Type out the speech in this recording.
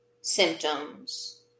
symptoms